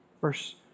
Verse